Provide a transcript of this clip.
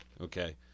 okay